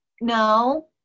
no